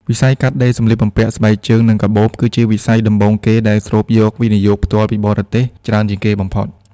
វិស័យកាត់ដេរ សម្លៀកបំពាក់ ស្បែកជើង និងកាបូប គឺជាវិស័យដំបូងគេដែលស្រូបយក វិនិយោគផ្ទាល់ពីបរទេស ច្រើនជាងគេបំផុត។